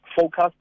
focus